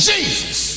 Jesus